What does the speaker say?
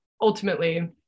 ultimately